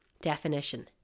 definition